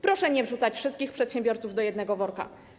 Proszę nie wrzucać wszystkich przedsiębiorców do jednego worka.